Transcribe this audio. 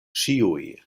ĉiuj